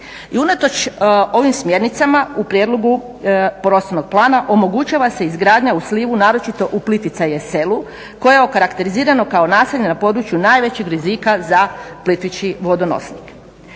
unatoč ovim smjernicama u prijedlogu prostornog plana omogućava se izgradnja u slivu naročito u Plitvica je selu koje je okarakterizirano kao naselje na području najvećeg rizika za plitvički vodo nosnik.